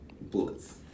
bullets